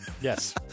Yes